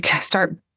start